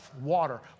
water